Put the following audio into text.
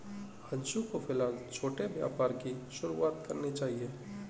अंशु को फिलहाल छोटे व्यापार की शुरुआत करनी चाहिए